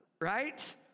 right